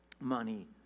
money